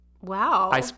Wow